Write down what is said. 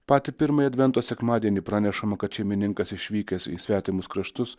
patį pirmąjį advento sekmadienį pranešama kad šeimininkas išvykęs į svetimus kraštus